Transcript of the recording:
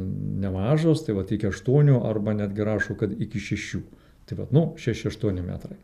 nemažos tai vat iki aštuonių arba netgi rašo kad iki šešių tai vat nu šeši aštuoni metrai